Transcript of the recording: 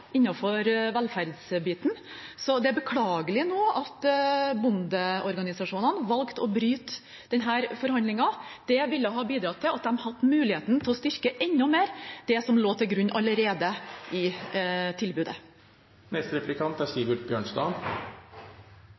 velferdsbiten. Så det er beklagelig nå at bondeorganisasjonene valgte å bryte disse forhandlingene. Det ville ha bidratt til at de hadde hatt muligheten til å styrke enda mer det som lå til grunn allerede i tilbudet.